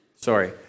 sorry